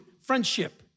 friendship